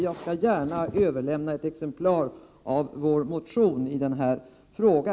Jag överlämnar gärna ett exemplar av vår motion i denna fråga.